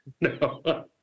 No